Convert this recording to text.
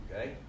okay